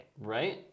Right